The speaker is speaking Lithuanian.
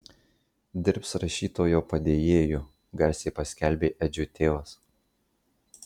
dirbs rašytojo padėjėju garsiai paskelbė edžio tėvas